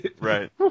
Right